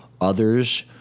others